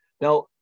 Now